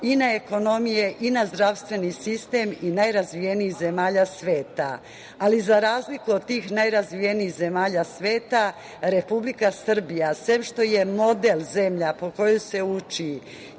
i na ekonomiju i na zdravstveni sistem i najrazvijenijih zemalja sveta.Za razliku od tih najrazvijenijih zemalja sveta Republika Srbija sem što je model zemlja po kojoj se uči